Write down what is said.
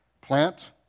Plant